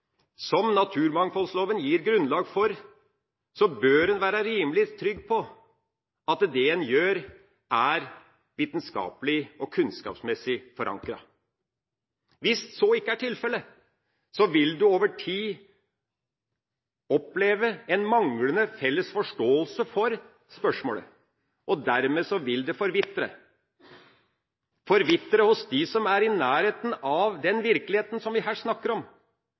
som naturmangfoldloven gir grunnlag for, bør en være rimelig trygg på at det en gjør, er vitenskapelig og kunnskapsmessig forankret. Hvis så ikke er tilfellet, vil du over tid oppleve en manglende felles forståelse for spørsmålet, og dermed vil det forvitre – forvitre hos dem som er i nærheten av den virkeligheten som vi her snakker om,